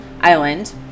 Island